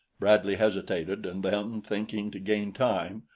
bradley hesitated and then, thinking to gain time,